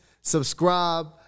Subscribe